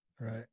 Right